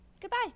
goodbye